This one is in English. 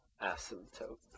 asymptote